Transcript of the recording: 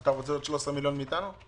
אתה רוצה עוד 13 מיליון שקל מאיתנו?